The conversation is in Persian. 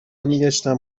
میگشتم